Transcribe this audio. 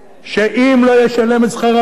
שאם לא ישלם את שכר המינימום,